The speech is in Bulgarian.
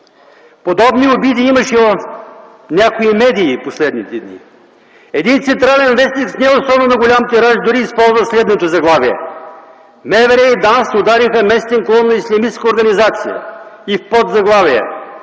Подобни обиди имаше в някои медии в последните дни. Един централен вестник с не особено голям тираж, дори използва следното заглавие: „МВР и ДАНС удариха местен клон на ислямистка организация”, и в подзаглавие: